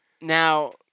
Now